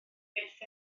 byth